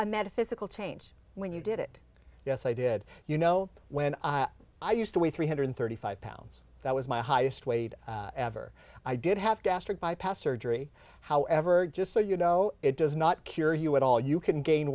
a metaphysical change when you did it yes i did you know when i used to weigh three hundred thirty five pounds that was my highest weight ever i did have gastric bypass surgery however just so you know it does not cure you at all you can gain